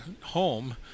home